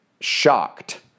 shocked